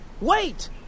wait